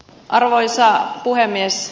arvoisa puhemies